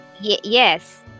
Yes